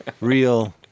real